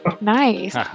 Nice